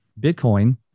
Bitcoin